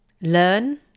learn